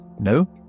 No